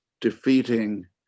defeating